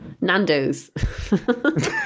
Nando's